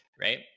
Right